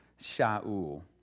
Shaul